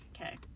Okay